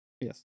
Yes